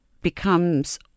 becomes